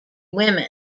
women